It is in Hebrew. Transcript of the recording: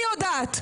אני יודעת.